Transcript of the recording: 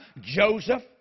Joseph